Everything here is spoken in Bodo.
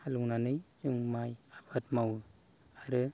हालौनानै जों माइ आबाद मावो आरो